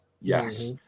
Yes